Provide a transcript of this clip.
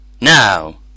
now